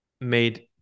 made